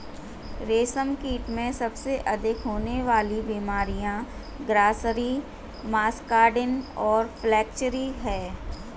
रेशमकीट में सबसे अधिक होने वाली बीमारियां ग्रासरी, मस्कार्डिन और फ्लैचेरी हैं